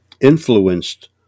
influenced